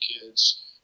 kids